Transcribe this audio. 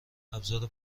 ابزار